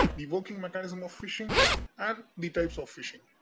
the working mechanism of phishing and the types of phishing